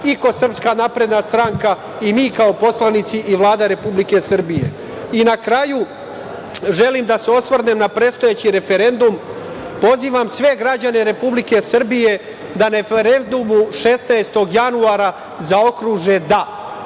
i kao Srpska napredna stranka i mi kao poslanici i Vlada Republike Srbije. Na kraju, želim da se osvrnem na predstojeći referendum. Pozivam sve građane Republike Srbije da na referendumu, 16. januara, zaokruže da,